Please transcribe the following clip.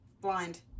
Blind